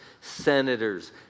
senators